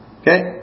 Okay